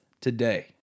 today